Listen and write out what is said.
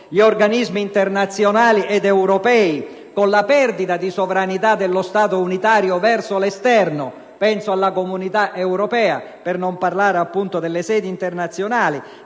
agli organismi internazionali ed europei, con la perdita di sovranità dello Stato unitario verso l'esterno (penso alla Comunità europea, per non parlare delle sedi internazionali),